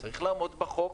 וצריך לעמוד בחוק.